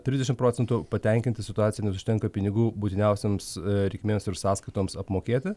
trisdešimt procentų patenkinti situacija nes užtenka pinigų būtiniausioms reikmėms ir sąskaitoms apmokėti